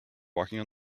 walking